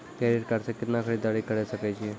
Credit card से कितना के खरीददारी करे सकय छियै?